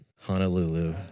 Honolulu